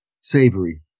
Savory